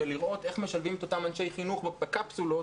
לראות איך משלבים את אותם אנשי חינוך בקפסולות,